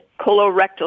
colorectal